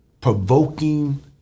provoking